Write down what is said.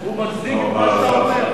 הוא מגזים עם מה שהוא אומר.